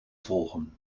volgen